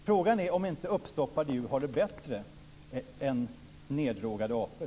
Frågan är om inte uppstoppade djur har det bättre än neddrogade apor.